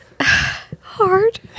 hard